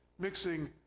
mixing